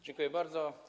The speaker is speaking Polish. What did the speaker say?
Dziękuję bardzo.